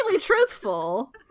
truthful